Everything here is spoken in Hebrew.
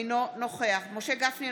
אינו נוכח משה גפני,